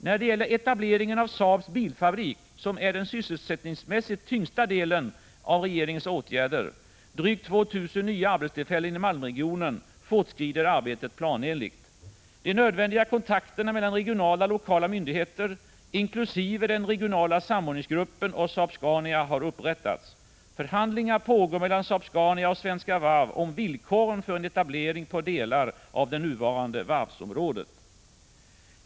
När det gäller etableringen av Saab:s bilfabrik, som är den sysselsättningsmässigt tyngsta delen av regeringens åtgärder — drygt 2 000 nya arbetstillfällen inom Malmöregionen — fortskrider arbetet planenligt. De nödvändiga kontakterna mellan regionala och lokala myndigheter, inkl. den regionala samordningsgruppen och Saab-Scania, har upprättats. Förhandlingar pågår mellan Saab-Scania och Svenska Varv om villkoren för en etablering på delar av det nuvarande varvsområdet.